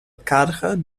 cadre